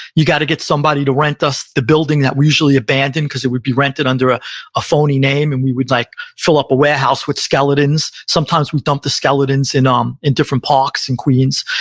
you got to get somebody to rent us the building that we usually abandon, because it would be rented under ah a phony name. and we would like fill up a warehouse with skeletons. sometimes we'd dump the skeletons in um in different parks in queens.